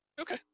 Okay